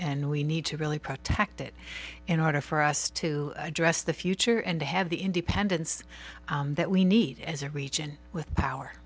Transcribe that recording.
and we need to really protect it in order for us to address the future and to have the independence that we need as a region with power